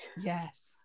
Yes